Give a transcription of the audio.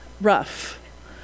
rough